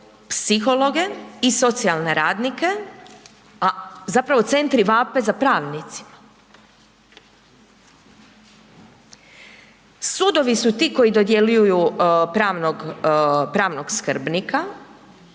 psihologe i socijalne radnike a zapravo centri vape za pravnicima. Sudovi su ti koji dodjeljuju pravnog skrbnika,